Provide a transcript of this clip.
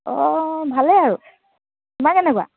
অ' ভালেই আৰু তোমাৰ কেনেকুৱা